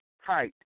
height